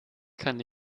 kann